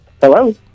Hello